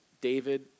David